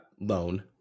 loan